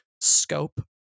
scope